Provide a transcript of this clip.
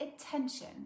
attention